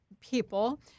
people